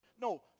No